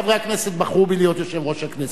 חברי הכנסת בחרו בי להיות יושב-ראש הכנסת.